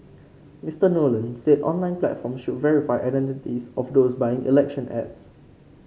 Mister Nolan said online platforms should verify the identities of those buying election ads